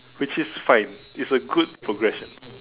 which is fine it's a good progression